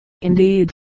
Indeed